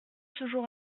toujours